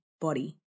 body